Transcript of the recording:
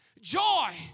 Joy